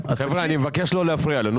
חבר'ה, אני מבקש לא להפריע לו.